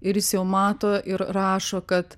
ir jis jau mato ir rašo kad